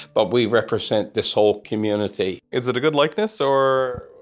but we represent this whole community is it a good likeness, or?